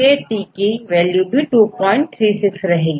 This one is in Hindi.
TAT के लिए भी यह वैल्यू236 ही रहेगी